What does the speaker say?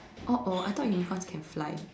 oh oh I thought unicorn can fly